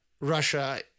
Russia